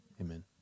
Amen